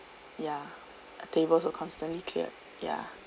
ya and tables were constantly cleared ya